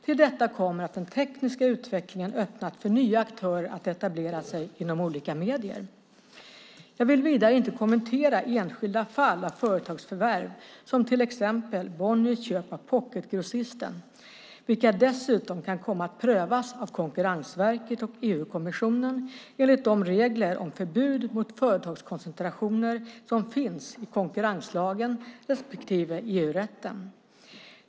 Till detta kommer att den tekniska utvecklingen öppnat för nya aktörer att etablera sig inom olika medier. Jag vill vidare inte kommentera enskilda fall av företagsförvärv - som till exempel Bonniers köp av Pocketgrossisten - vilka dessutom kan komma att prövas av Konkurrensverket och EU-kommissionen enligt de regler om förbud mot företagskoncentrationer som finns i konkurrenslagen respektive EU-rätten.